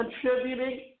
contributing